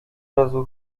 razu